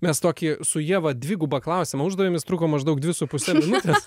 mes tokį su ieva dvigubą klausimą uždavėm jis truko maždaug dvi su puse minutės